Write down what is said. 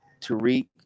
Tariq